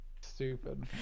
stupid